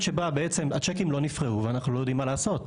שבה הצ'קים לא נפרעו ואנחנו לא יודעים מה לעשות.